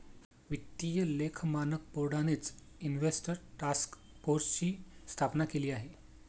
वित्तीय लेख मानक बोर्डानेच इन्व्हेस्टर टास्क फोर्सची स्थापना केलेली आहे